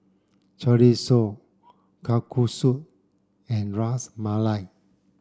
Chorizo Kalguksu and Ras Malai